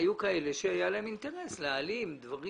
היו כאלה שהיה להם אינטרס להעלים דברים